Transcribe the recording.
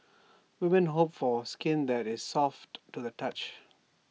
women hope for skin that is soft to the touch